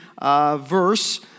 verse